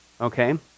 okay